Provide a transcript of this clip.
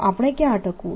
તો આપણે ક્યાં અટકવું